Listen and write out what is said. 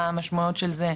מה המשמעויות של זה?